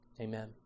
Amen